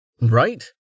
right